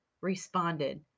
responded